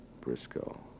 Briscoe